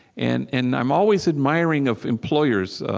and and i'm always admiring of employers,